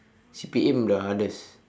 C_P_A the hardest